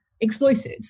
exploited